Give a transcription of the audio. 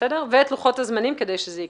ואת לוחות הזמנים כדי שזה יקרה.